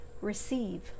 receive